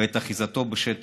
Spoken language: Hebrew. ואת אחיזתו בשטח.